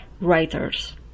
writers